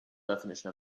definition